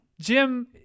Jim